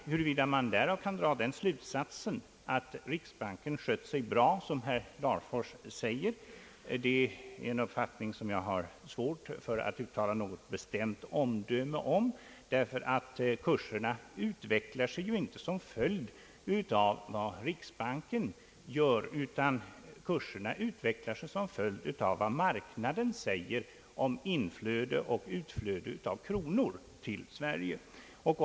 Huruvida man därav kan dra den slutsatsen att riksbanken »skött sig väl», såsom herr Larfors uttrycker sig, är en fråga där jag har svårt att uttala något bestämt omdöme, eftersom kurserna inte utvecklas som en följd av riksbankens åtgärder utan som en följd av marknadens reaktion på inflöde till och utflöde ur vårt land av valutor.